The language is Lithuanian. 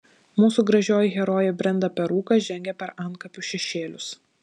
mūsų gražioji herojė brenda per rūką žengia per antkapių šešėlius